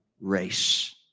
race